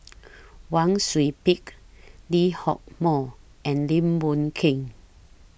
Wang Sui Pick Lee Hock Moh and Lim Boon Keng